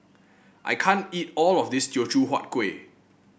I can't eat all of this Teochew Huat Kueh